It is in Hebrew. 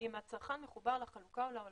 הצרכן מחובר לחלוקה או להולכה.